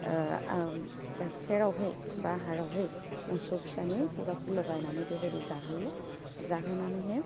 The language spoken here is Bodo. ओह ओम गाइखेरावहै बा आहारावहै मोसौ फिसानि खुगाखो लगायनानै बेबायदि जाहोयो जाहोनानैहै